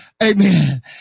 amen